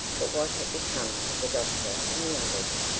but what had become of the doctor and the others?